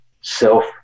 self